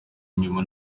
inyuma